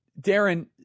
Darren